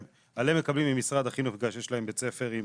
על"ה מקבלים ממשרד החינוך בגלל שיש להם בית ספר עם